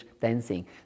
dancing